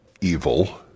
evil